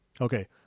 Okay